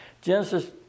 Genesis